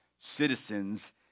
citizens